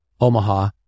Omaha